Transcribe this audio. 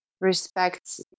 respects